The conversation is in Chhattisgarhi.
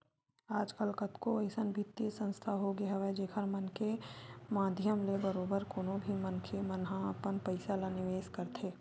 आजकल कतको अइसन बित्तीय संस्था होगे हवय जेखर मन के माधियम ले बरोबर कोनो भी मनखे मन ह अपन पइसा ल निवेस करथे